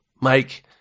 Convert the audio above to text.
mike